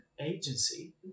agency